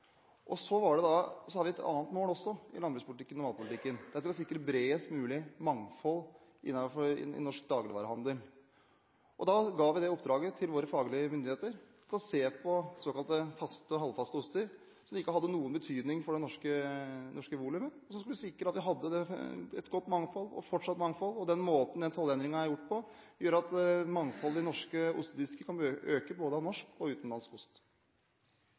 har også et annet mål i landbrukspolitikken og matpolitikken. Det er å sikre bredest mulig mangfold i norsk dagligvarehandel. Da ga vi det oppdraget til våre faglige myndigheter: å se på såkalte faste og halvfaste oster, som ikke hadde noen betydning for det norske volumet. Vi skulle sikre at vi hadde et fortsatt godt mangfold, og den måten tollendringen er gjort på, gjør at mangfoldet av både norske og utenlandske oster i norske ostedisker kan øke.